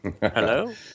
Hello